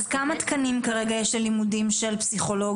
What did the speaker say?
אז כמה תקנים כרגע יש של לימודי פסיכולוגיה?